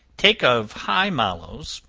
take of high mallows,